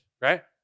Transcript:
right